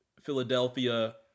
Philadelphia